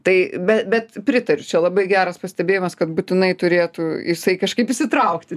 tai be bet pritariu čia labai geras pastebėjimas kad būtinai turėtų jisai kažkaip įsitraukti